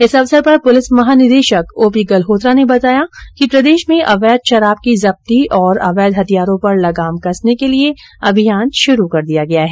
इस अवसर पर पुलिस महानिदेशक ओ पी गल्होत्रा ने कहा कि प्रदेश में अवैध शराब की जब्ती और अवैध हथियारों पर लगाम कसने के लिए अभियान शुरू कर दिया गया है